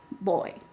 boy